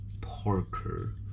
Parker